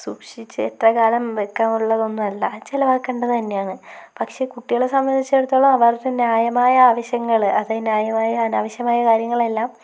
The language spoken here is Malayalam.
സൂക്ഷിച്ച് എത്ര കാലം വെക്കാനുള്ളതൊന്നു അല്ല അത് ചിലവാക്കേണ്ടത് തന്നെയാണ് പക്ഷേ കുട്ടികളെ സംബന്ധിച്ചിടത്തോളം അവരുടെ ന്യായമായ ആവശ്യങ്ങൾ അത് ന്യായമായ അനാവശ്യമായ കാര്യങ്ങളെല്ലാം